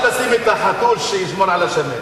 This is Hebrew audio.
אי-אפשר לשים את החתול שישמור על השמנת.